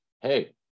hey